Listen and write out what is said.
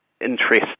Interest